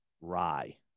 rye